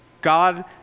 God